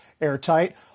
airtight